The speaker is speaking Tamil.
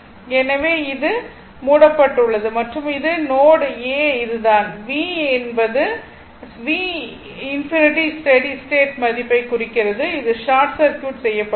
எனவே இது மூடப்பட்டுள்ளது மற்றும் இது நோட் a இதுதான் v v என்பது v∞ ஸ்டெடி ஸ்டேட் மதிப்பைக் குறிக்கிறது இது ஷார்ட் சர்க்யூட் செய்யப்பட்டுள்ளது